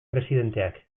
presidenteak